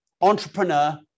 entrepreneur